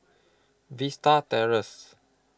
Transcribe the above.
Vista Terrace